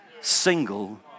single